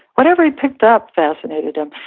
whatever he picked up fascinated him,